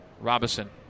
Robinson